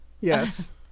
Yes